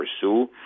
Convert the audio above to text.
pursue